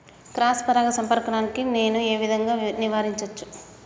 Cross పరాగ సంపర్కాన్ని నేను ఏ విధంగా నివారించచ్చు?